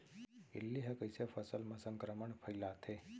इल्ली ह कइसे फसल म संक्रमण फइलाथे?